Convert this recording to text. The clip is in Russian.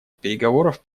переговоров